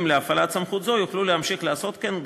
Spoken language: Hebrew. להפעלת סמכות זו יוכלו להמשיך לעשות כן,